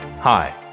Hi